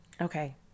Okay